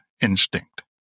instinct